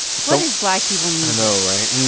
so. what is black people know, right?